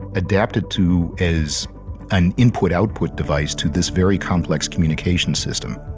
adapt it to as an input output device to this very complex communication system,